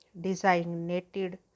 designated